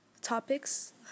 Topics